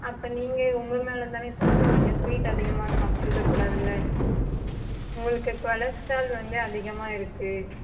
அப்போ நீங்கள் உங்கள் மேலே தானே தப்பு நீங்கள் ஸ்வீட்டு அதிகமாக சாப்பிட்ருக்க கூடாதுல்ல உங்களுக்கு கொலஸ்ட்ரால் வந்து அதிகமாக இருக்கு